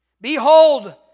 Behold